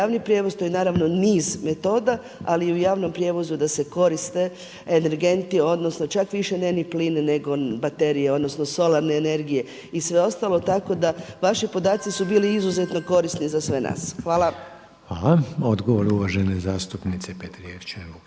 javni prijevoz. To je naravno niz metoda, ali i u javnom prijevozu da se koriste energenti, odnosno čak više ne ni plin nego baterije, odnosno solarne energije i sve ostalo. Tako da vaši podaci su bili izuzetno korisni za sve nas. Hvala. **Reiner, Željko (HDZ)** Hvala. Odgovor uvažene zastupnice Petrijevčanin